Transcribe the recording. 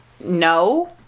No